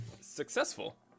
successful